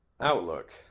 outlook